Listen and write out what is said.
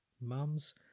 mums